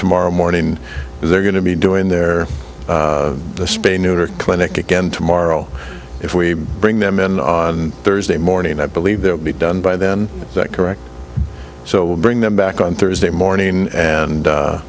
tomorrow morning they're going to be doing their spaying neutering clinic again tomorrow if we bring them in on thursday morning i believe they'll be done by then is that correct so we'll bring them back on thursday morning and